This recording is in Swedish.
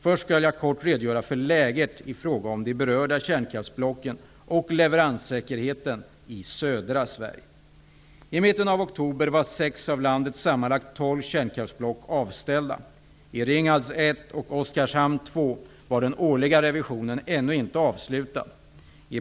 Först skall jag kort redogöra för läget i fråga om de berörda kärnkraftsblocken och leveranssäkerheten i södra Sverige.